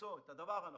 למצוא את הדבר הנכון,